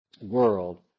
world